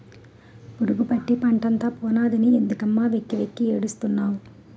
పురుగుపట్టి పంటంతా పోనాదని ఎందుకమ్మ వెక్కి వెక్కి ఏడుస్తున్నావ్